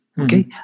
Okay